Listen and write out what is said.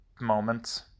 moments